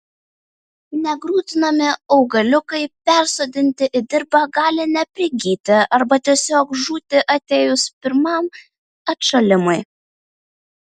negrūdinami augaliukai persodinti į dirvą gali neprigyti arba tiesiog žūti atėjus pirmam atšalimui